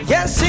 Yes